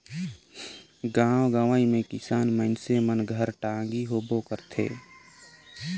गाँव गंवई मे किसान मइनसे मन घर टागी होबे करथे